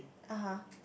(uh huh)